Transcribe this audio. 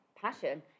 passion